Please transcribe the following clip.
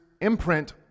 imprint